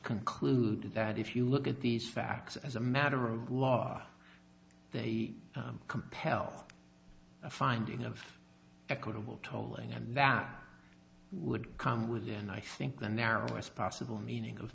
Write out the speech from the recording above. conclude that if you look at these facts as a matter of law they compel a finding of equitable tolling and that would come with me and i think the narrowest possible meaning of